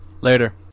Later